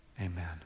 amen